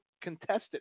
contested